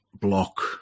block